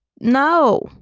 No